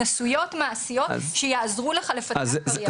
והתנסויות מעשיות שיעזרו לך לפתח קריירה.